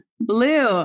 Blue